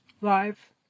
Live